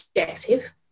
objective